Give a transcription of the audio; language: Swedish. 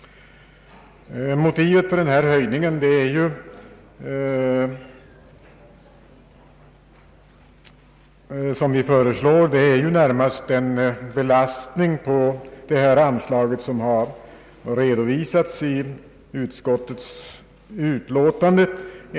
Motivet till den höjning som vi föreslår är närmast den belastning på detta anslag som har redovisats i utskottets utlåtande.